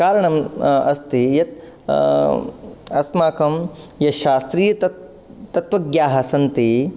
कारणम् अस्ति यत् अस्माकं यत् शास्त्रीयाः तत् तत्त्वज्ञाः सन्ति